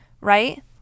right